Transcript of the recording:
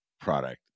product